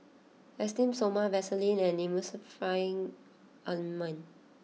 Esteem Stoma Vaselin and Emulsying Ointment